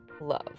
love